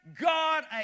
God